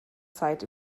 zeit